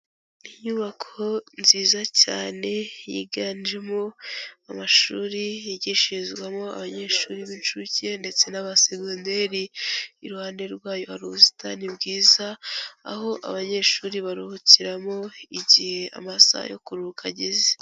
Inyubako nziza cyane yiganjemo amashuri yigishirizwamo abanyeshuri b'incuke ndetse n'abasegonderi. Iruhande rwayo hari ubusitani bwiza, aho abanyeshuri baruhukiramo igihe amasaha yo kuruhuka ageze.